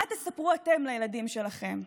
מה תספרו אתם לילדים שלכם?